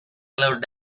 allowed